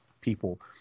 people